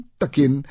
takin